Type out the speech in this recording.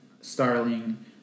Starling